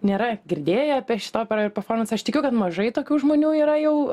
nėra girdėję apie šitą operą ir perforomansą aš tikiu kad mažai tokių žmonių yra jau